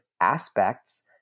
aspects